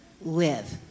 live